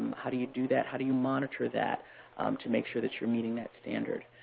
how do you do that? how do you monitor that to make sure that you're meeting that standard?